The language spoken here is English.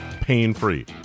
pain-free